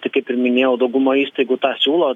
tai kaip ir minėjau dauguma įstaigų tą siūlo